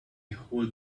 hold